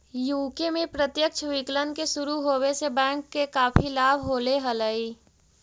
UK में प्रत्यक्ष विकलन के शुरू होवे से बैंक के काफी लाभ होले हलइ